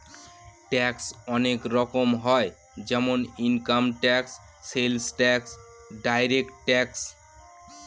tax অনেক রকম হয় যেমন income tax, sales tax, direct tax